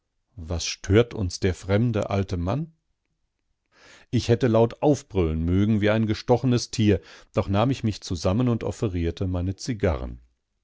was stört uns der fremde alte mann ich hätte laut aufbrüllen mögen wie ein gestochenes tier doch nahm ich mich zusammen und offerierte meine zigarren